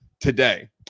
today